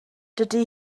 dydy